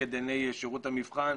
שלנגד עיני שירות המבחן.